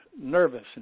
nervous